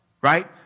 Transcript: right